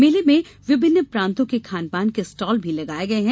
मेले में विभिन्न प्राप्तों के खान पान के स्टॉल भी लगाये गये हैं